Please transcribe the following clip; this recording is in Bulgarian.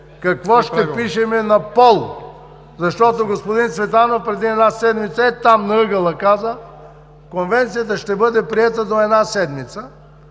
какво ще пишем за „пол“? Защото господин Цветанов преди една седмица ей-там, на ъгъла, каза: „Конвенцията ще бъде приета до една седмица“.